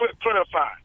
clarify